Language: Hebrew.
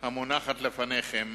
המונחת לפניכם